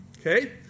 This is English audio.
okay